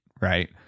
right